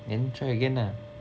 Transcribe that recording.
then try again lah